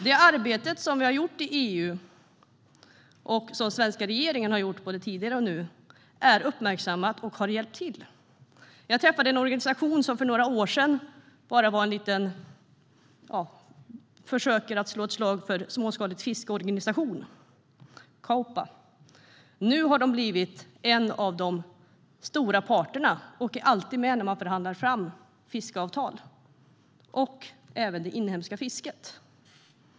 Det arbete som vi har gjort i EU och som den svenska regeringen har gjort både tidigare och nu är uppmärksammat och har hjälpt till. Jag träffade en organisation, Caopa, som för några år sedan bara var en liten organisation som försökte slå ett slag för småskaligt fiske. Nu har de blivit en av de stora parterna och är alltid med när man förhandlar fram fiskeavtal och även det inhemska fisket.